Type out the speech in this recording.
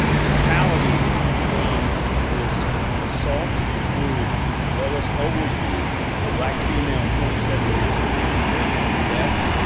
fatalities from this assault include lois oglesby a black female, twenty seven years of age. megan betts,